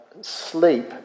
sleep